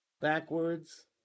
backwards